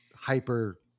hyper